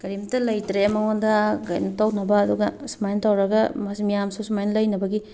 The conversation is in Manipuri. ꯀꯔꯤꯝꯇ ꯂꯩꯇ꯭ꯔꯦ ꯃꯉꯣꯟꯗ ꯀꯩꯅꯣ ꯇꯧꯅꯕ ꯑꯗꯨꯒ ꯁꯨꯃꯥꯏꯅ ꯇꯧꯔꯒ ꯃꯥꯁꯤ ꯃꯌꯥꯝꯁꯨ ꯁꯨꯃꯥꯏꯅ ꯂꯩꯅꯕꯒꯤ